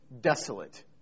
desolate